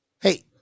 Hey